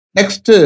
Next